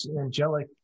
angelic